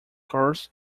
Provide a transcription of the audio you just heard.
course